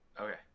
okay